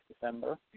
December